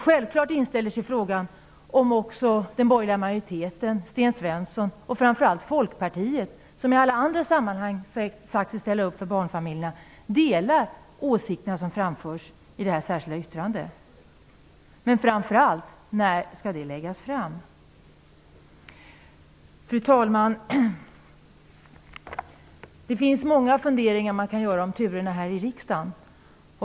Självklart inställer sig frågan om också den borgerliga majoriteten -- jag vänder mig då till Sten Svensson och framför allt Folkpartiet, som i alla andra sammanhang har sagt sig ställa upp för barnfamiljerna -- delar de åsikter som framförs i det särskilda yttrandet. Men framför allt undrar jag: När skall det läggas fram? Fru talman! Man kan ha många funderingar kring turerna här i riksdagen.